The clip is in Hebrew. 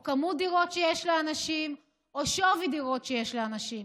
על מספר הדירות שיש לאנשים או על שווי דירות שיש לאנשים.